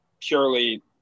purely